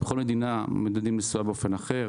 בכל מדינה מודדים נסועה באופן אחר,